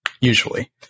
usually